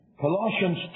Colossians